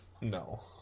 No